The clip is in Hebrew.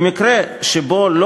במקרה שבו לא